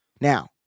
Now